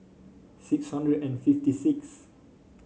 six hundred and fifty six